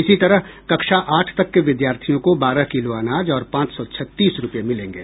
इसी तरह कक्षा आठ तक के विद्यार्थियों को बारह किलो अनाज और पांच सौ छत्तीस रुपये मिलेंगे